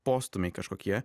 postūmiai kažkokie